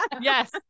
yes